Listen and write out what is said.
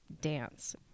dance